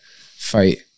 fight